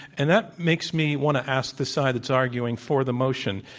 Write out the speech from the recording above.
and that makes me want to ask the side that's arguing for the motion,